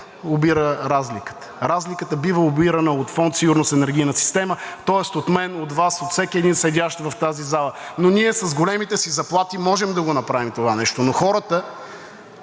обира разликата, разликата бива обирана от Фонд „Сигурност на електроенергийната система“, тоест от мен, от Вас, от всеки един, седящ в тази зала. Но ние с големите си заплати можем да го направим това нещо, но хората,